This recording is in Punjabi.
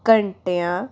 ਘੰਟਿਆਂ